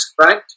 right